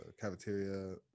cafeteria